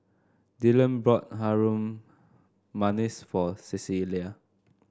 Dyllan bought Harum Manis for Cecilia